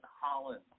Holland